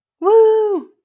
Woo